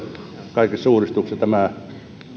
kaikissa uudistuksissa tämä